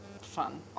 fun